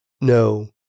No